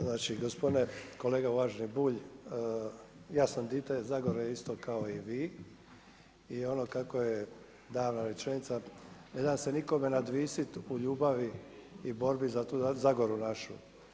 Znači gospodine kolega, uvaženi Bulj, ja sam dijete Zagore isto kao i vi i ono kako je davna rečenica, ne dam se nikome nadvisiti u ljubavi i borbi za tu Zagoru našu.